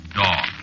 dog